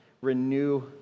renew